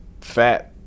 fat